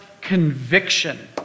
conviction